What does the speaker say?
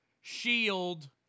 Shield